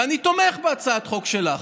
ואני תומך בהצעת החוק שלך.